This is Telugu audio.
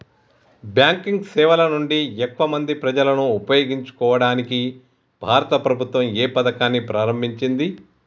బ్యాంకింగ్ సేవల నుండి ఎక్కువ మంది ప్రజలను ఉపయోగించుకోవడానికి భారత ప్రభుత్వం ఏ పథకాన్ని ప్రారంభించింది?